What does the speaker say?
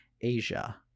Asia